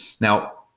Now